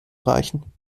reichen